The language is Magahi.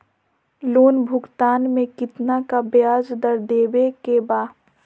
लोन भुगतान में कितना का ब्याज दर देवें के बा?